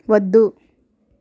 వద్దు